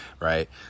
right